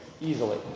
easily